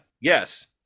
Yes